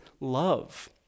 love